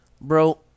Bro